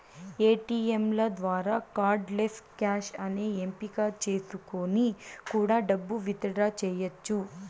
ఏటీయంల ద్వారా cardless cash అనే ఎంపిక చేసుకొని కూడా డబ్బు విత్ డ్రా చెయ్యచ్చు